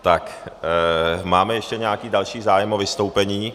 Tak, máme ještě nějaký další zájem o vystoupení?